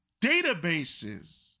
databases